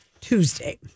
Tuesday